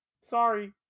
Sorry